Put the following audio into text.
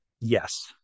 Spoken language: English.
yes